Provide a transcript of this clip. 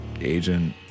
agent